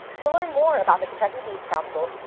to learn more about the kentucky beef council,